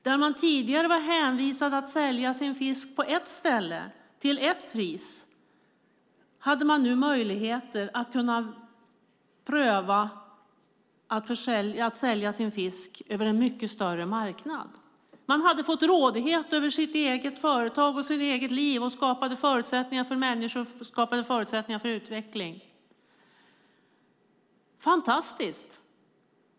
Där man tidigare var hänvisad till att sälja sin fisk på ett ställe till ett pris hade man nu möjligheter att pröva att sälja sin fisk över en mycket större marknad. Man hade fått rådighet över sitt eget företag och sitt eget liv, och det skapades förutsättningar för människor och för utveckling. Det var fantastiskt!